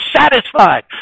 satisfied